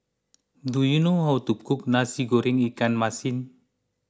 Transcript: do you know how to cook Nasi Goreng Ikan Masin